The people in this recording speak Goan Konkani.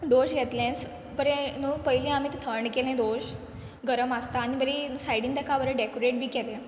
दोश घेतलें स् बरें न्हू पयली आमी तें थंड केलें दोश गरम आसता आनी बरी सायडीन तेका बरें डॅकोरेट बी केलें